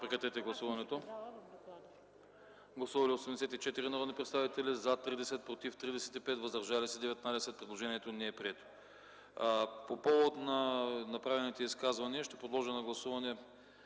подкрепя от комисията. Гласували 84 народни представители: за 30, против 35, въздържали се 19. Предложението не е прието. По повод направените изказвания, ще подложа на гласуване